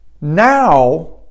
Now